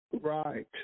right